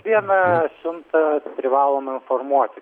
vieną siuntą privalome informuoti